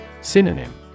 Synonym